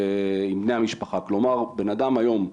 עם בני המשפחה, כלומר, בנאדם היום,